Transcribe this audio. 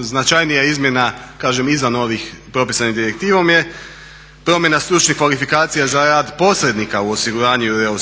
značajnija izmjena, kažem izvan ovih propisanih direktivom je promjena stručnih kvalifikacija za rad posrednika u osiguranju i …/Govornik